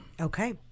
Okay